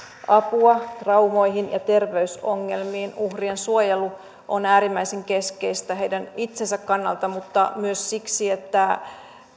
apua traumoihin ja terveysongelmiin uhrien suojelu on äärimmäisen keskeistä heidän itsensä kannalta mutta myös siksi että